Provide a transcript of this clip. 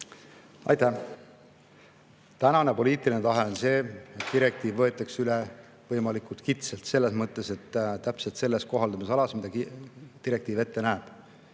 Aitäh! Tänane poliitiline tahe on see, et direktiiv võetakse üle võimalikult kitsalt – selles mõttes, et täpselt selles kohaldamisalas, mida direktiiv ette näeb.